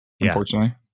unfortunately